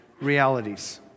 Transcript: realities